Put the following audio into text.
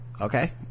okay